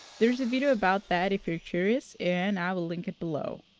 there's a video about that if you're curious and i will link it below.